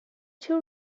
too